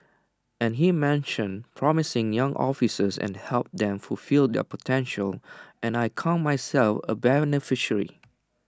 and he mention promising young officers and helped them fulfil their potential and I count myself A beneficiary